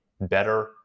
better